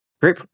great